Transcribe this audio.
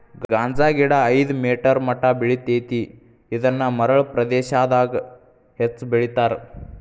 ಗಾಂಜಾಗಿಡಾ ಐದ ಮೇಟರ್ ಮಟಾ ಬೆಳಿತೆತಿ ಇದನ್ನ ಮರಳ ಪ್ರದೇಶಾದಗ ಹೆಚ್ಚ ಬೆಳಿತಾರ